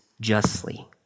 justly